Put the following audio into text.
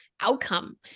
outcome